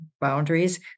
boundaries